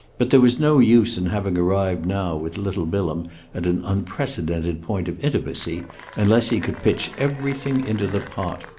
but there was no use in having arrived now with little bilham at an unprecedented point of intimacy unless he could pitch everything into the pot.